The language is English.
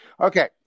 Okay